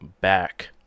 back